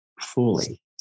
fully